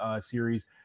series